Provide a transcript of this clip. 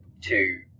two